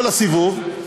כל הסיבוב.